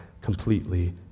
completely